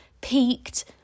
peaked